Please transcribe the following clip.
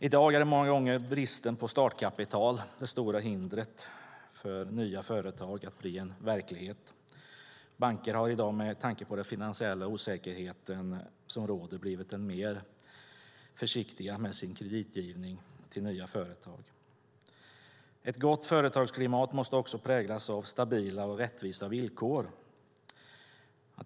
I dag är många gånger bristen på startkapital det stora hindret för att nya företag ska bli verklighet. Banker har med tanke på den finansiella osäkerhet som råder blivit ännu mer försiktiga med kreditgivning till nya företag. Ett gott företagsklimat måste också präglas av stabila och rättvisa villkor.